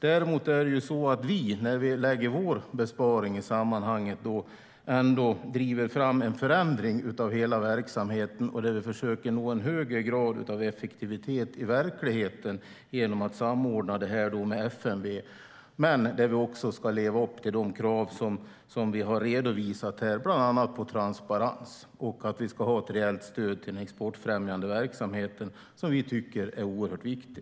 Däremot är det så att vi, när vi lägger vår besparing i sammanhanget, driver fram en förändring av hela verksamheten. Vi försöker nå en högre grad av effektivitet i verkligheten genom att samordna det här med FMV. Vi ska också leva upp till de krav som vi har redovisat här, bland annat på transparens. Och vi ska ha ett rejält stöd till den exportfrämjande verksamheten, som vi tycker är oerhört viktig.